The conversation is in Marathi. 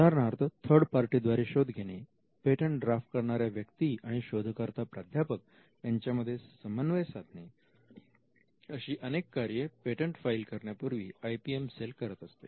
उदाहरणार्थ थर्ड पार्टी द्वारे शोध घेणे पेटंट ड्राफ्ट करणाऱ्या व्यक्ती आणि शोधकर्ता प्राध्यापक यांच्यामध्ये समन्वय साधणे अशी अनेक कार्ये पेटंट फाईल करण्यापूर्वी आय पी एम सेल करते